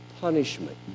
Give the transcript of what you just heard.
punishment